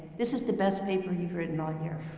this is the best paper you've written all year.